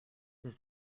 does